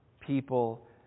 people